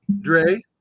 dre